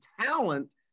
talent